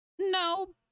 No